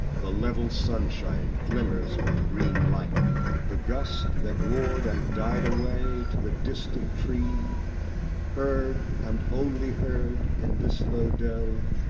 the level sunshine glimmers with green light the gust that roared and died away to the distant tree heard and only heard in this low dell,